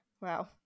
Wow